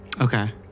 Okay